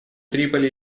триполи